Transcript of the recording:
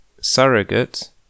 surrogate